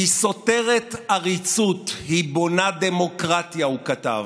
היא סותרת עריצות, היא בונה דמוקרטיה, הוא כתב.